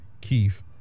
Keith